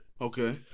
okay